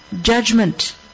Judgment